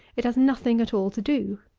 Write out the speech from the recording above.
it has nothing at all to do.